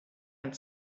and